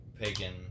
pagan